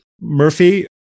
Murphy